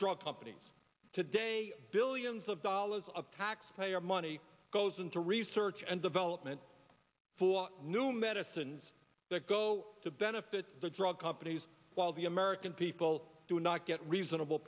drug companies today billions of dollars of taxpayer money goes into research and development for new medicines that go to benefit the drug companies while the american people do not get reasonable